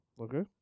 Okay